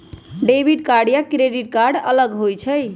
Debit card या credit card अलग होईछ ई?